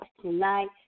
tonight